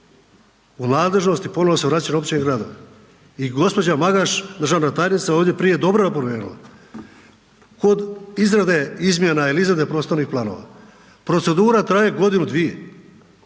u nadležnosti, ponovo se vraćam, općina i gradova i gđa. Magaš, državna tajnica, ovdje je prije dobro napomenula, kod izrade izmjena ili izrade prostornih planova, procedura traje godinu, dvije,